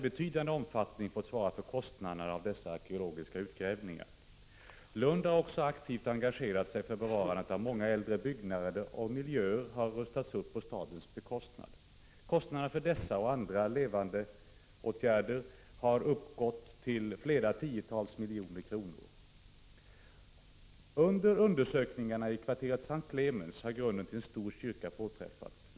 Lund, en av vårt lands äldsta och finaste städer, har sedan länge aktivt engagerat sig i bevarandet av äldre byggnader och miljöer, vilka har stort kulturhistoriskt värde inte bara för staden utan även för landet. Kostnaderna för dessa angelägna bevarandeåtgärder har för kommunens del uppgått till tiotals miljoner kronor. Under de arkeologiska undersökningarna i kvarteret S:t Clemens påträffades ruiner av en stor kyrka från 1200-talet.